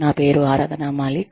నా పేరు ఆరాధన మాలిక్